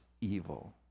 evil